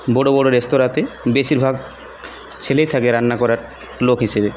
বড়ো বড়ো রেস্তোরাঁতে বেশিরভাগ ছেলে থাকে রান্না করার লোক হিসেবে